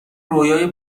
رویای